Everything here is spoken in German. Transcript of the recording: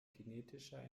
kinetischer